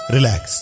Relax